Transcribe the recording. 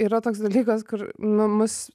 yra toks dalykas na mus